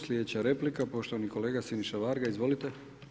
Slijedeća replika poštovani kolega Siniša Varga, izvolite.